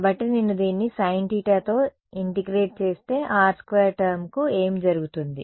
కాబట్టి నేను దీన్నిsin θ తో ఇంటి గ్రేట్ చేస్తే r స్క్వేర్ టర్మ్కు ఏమి జరుగుతుంది